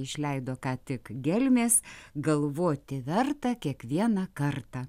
išleido ką tik gelmės galvoti verta kiekvieną kartą